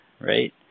right